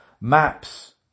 maps